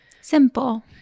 Simple